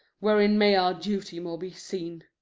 where in may our duty more be seen,